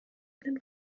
kleinen